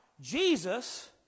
Jesus